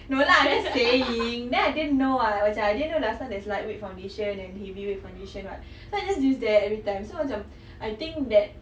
no lah I'm just saying then I didn't know [what] macam I didn't know last time there's lightweight foundation and heavyweight foundation [what] so I just use that every time so macam I think that